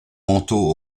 manteau